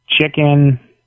chicken